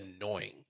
annoying